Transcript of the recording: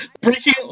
breaking